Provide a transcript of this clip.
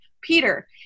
Peter